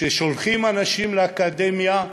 כשאנחנו שולחים אנשים לאקדמיה,